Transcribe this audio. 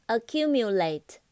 Accumulate